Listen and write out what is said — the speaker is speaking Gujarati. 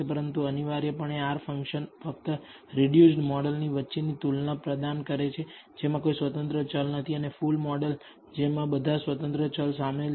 પરંતુ અનિવાર્યપણે R ફંકશન ફક્ત રિડ્યુસડ મોડલની વચ્ચેની તુલના પ્રદાન કરે છે જેમાં કોઈ સ્વતંત્ર ચલ નથી અને ફુલ મોડલ જેમાં બધા સ્વતંત્ર ચલ શામેલ છે